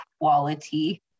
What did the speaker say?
quality